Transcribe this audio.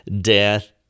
Death